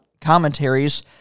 Commentaries